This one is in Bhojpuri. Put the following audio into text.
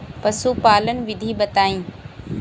पशुपालन विधि बताई?